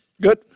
Good